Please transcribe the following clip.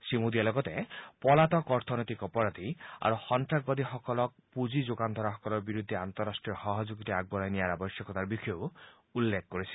শ্ৰীমোডীয়ে লগতে পলাতক অৰ্থনৈতিক অপৰাধী আৰু সন্তাসবাদীসকলৰ পুঁজি যোগান ধৰাসকলৰ বিৰুদ্ধে আন্তঃৰাষ্ট্ৰীয় সহযোগিতা আগবঢ়াই নিয়াৰ আৱশ্যকতাৰ বিষয়েও উল্লেখ কৰিছিল